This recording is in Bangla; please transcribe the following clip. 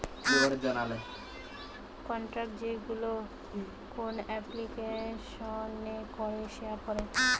কন্টাক্ট যেইগুলো কোন এপ্লিকেশানে করে শেয়ার করে